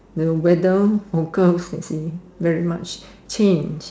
the weather forecast you see very much change